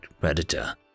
Predator